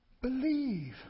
Believe